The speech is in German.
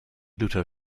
luther